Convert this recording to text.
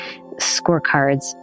scorecards